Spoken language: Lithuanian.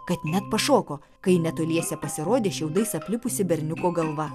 kad net pašoko kai netoliese pasirodė šiaudais aplipusi berniuko galva